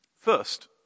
First